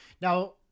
Now